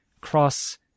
cross